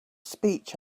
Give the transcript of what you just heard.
speech